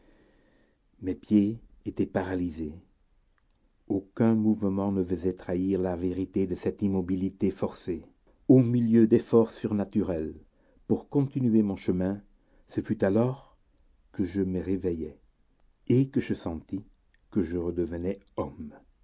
mes pieds étaient paralysés aucun mouvement ne venait trahir la vérité de cette immobilité forcée au milieu d'efforts surnaturels pour continuer mon chemin ce fut alors que je me réveillai et que je sentis que je redevenais homme